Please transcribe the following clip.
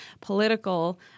political